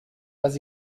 pas